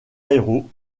héros